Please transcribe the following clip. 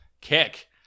kick